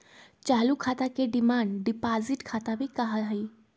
चालू खाता के डिमांड डिपाजिट खाता भी कहा हई